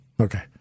okay